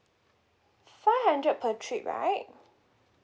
five hundred per trip right